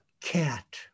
cat